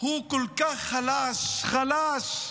הוא כל כך חלש, חלש,